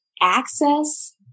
access